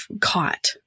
caught